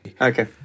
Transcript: Okay